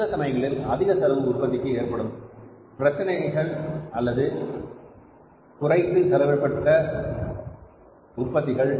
சில சமயங்களில் அதிக செலவு உற்பத்திக்கு ஏற்படும் பிரச்சனைகள் அல்லது குறைத்து செலவிடப்பட்ட உற்பத்திகள்